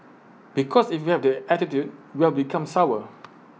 because if you have that attitude you will become sour